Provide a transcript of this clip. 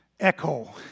echo